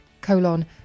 colon